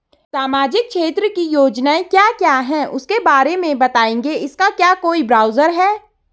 सामाजिक क्षेत्र की योजनाएँ क्या क्या हैं उसके बारे में बताएँगे इसका क्या कोई ब्राउज़र है?